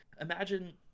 imagine